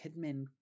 Kidman